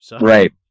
right